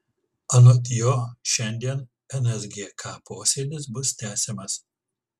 anot jo šiandien nsgk posėdis bus tęsiamas